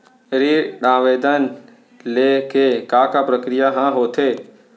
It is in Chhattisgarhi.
ऋण आवेदन ले के का का प्रक्रिया ह होथे?